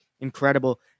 incredible